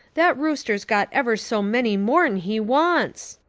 that rooster's got ever so many more'n he wants.